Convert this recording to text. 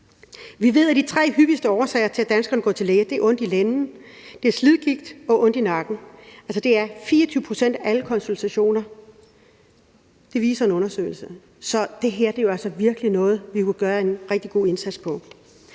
Vi ved, at de tre hyppigste årsager til, at danskerne går til læge, er ondt i lænden, slidgigt og ondt i nakken – altså, det er 24 pct. af alle konsultationer, viser en undersøgelse. Så det her er jo altså virkelig noget, vi kunne gøre en rigtig god indsats for.